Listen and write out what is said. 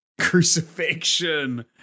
Crucifixion